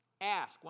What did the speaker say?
Ask